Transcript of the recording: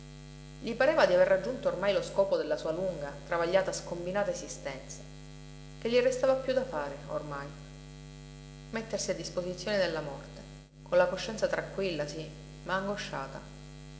gli pareva di aver raggiunto ormai lo scopo della sua lunga travagliata scombinata esistenza che gli restava piú da fare ormai mettersi a disposizione della morte con la coscienza tranquilla sí ma angosciata